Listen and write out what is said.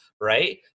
right